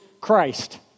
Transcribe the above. Christ